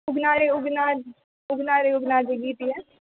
उगना रे उगना उगना रे उगना जे गीत यऽ